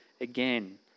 again